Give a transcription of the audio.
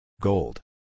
Gold